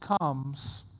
comes